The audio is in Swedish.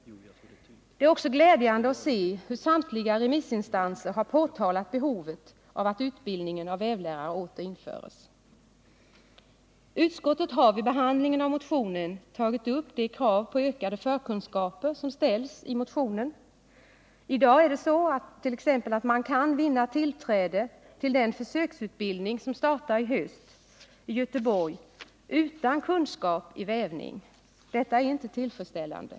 Det är också glädjande att se hur samtliga remissinstanser har pekat på behovet av att utbildning av vävlärare åter införs. Utskottet har vid behandlingen av motionen tagit upp det krav på ökade förkunskaper som ställs i motionen. I dag kan man t.ex. vinna tillträde till den försöksutbildning som startar i höst i Göteborg utan kunskap i vävning, vilket inte är tillfredsställande.